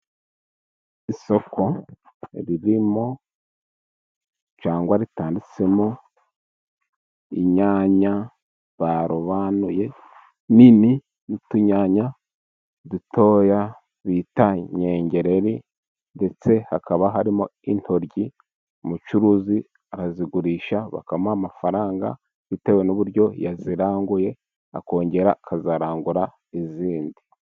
Isoko ririmo cyangwa ritanditsemo inyanya, barobanuye nini n'utunyanya dutoya bita inyengereri ndetse hakaba harimo intoryi, umucuruzi arazigurisha bakamuha amafaranga, bitewe n'uburyo yaziranguye, akongera akazarangura izindi.